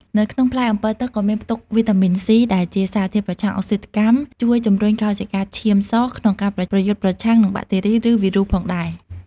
នៅក្នងផ្លែអម្ពិលទឹកក៏មានផ្ទុកវីតាមីន ស៊ី ដែលជាសារធាតុប្រឆាំងអុកស៊ីតកម្មជួយជំរុញកោសិកាឈាមសក្នុងការប្រយុទ្ធប្រឆាំងនឹងបាក់តេរី ឬវីរុសផងដែរ។